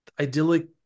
idyllic